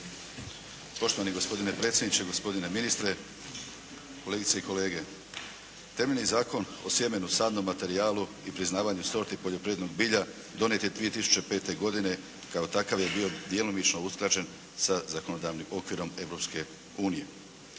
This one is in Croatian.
Poštovani gospodine predsjedniče, gospodine ministre, kolegice i kolege. Temeljni Zakon o sjemenu, sadnom materijalu i priznavanju sorti poljoprivrednog bilja donijet je 2005. godine. Kao takav je bio djelomično usklađen sa zakonodavnim okvirom